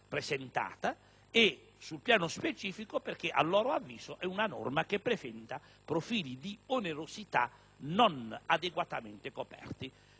presentata, e un piano specifico, perché a loro avviso si tratta di una norma che presenta profili di onerosità non adeguatamente coperti.